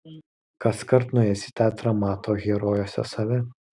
kaskart nuėjęs į teatrą mato herojuose save